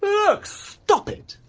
look, stop it!